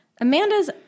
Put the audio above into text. Amanda's